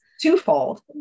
twofold